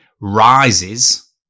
rises